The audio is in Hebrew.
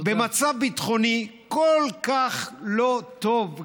במצב ביטחוני כל כך לא טוב,